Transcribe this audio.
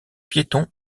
piétons